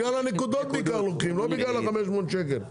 לוקחים בעיקר בגלל הנקודות ולא בגלל ה-500 שקלים.